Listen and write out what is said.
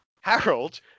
Harold